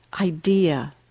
idea